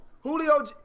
Julio